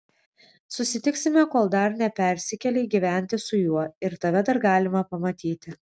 susitiksime kol dar nepersikėlei gyventi su juo ir tave dar galima pamatyti